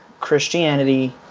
Christianity